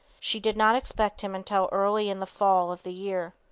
she did not expect him until early in the fall of the year.